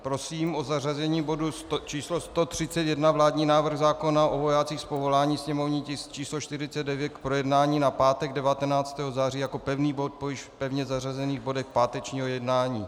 Prosím o zařazení bodu číslo 131, vládní návrh zákona o vojácích z povolání, sněmovní tisk číslo 149, na pátek 19. září jako první bod po již pevně zařazených bodech pátečního jednání.